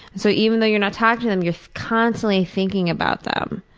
so even though you're not talking to them, you are constantly thinking about them.